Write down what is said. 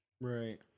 Right